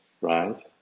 right